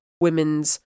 Women's